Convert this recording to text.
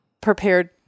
prepared